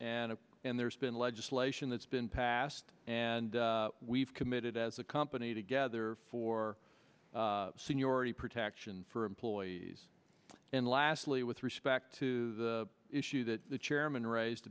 and and there's been legislation that's been passed and we've committed as a company together for seniority protection for employees and lastly with respect to the issue that the chairman raised